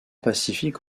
pacifique